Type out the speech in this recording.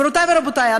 גבירותי ורבותי,